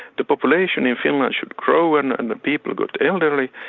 the population in finland should grow and and the people got elderly.